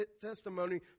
testimony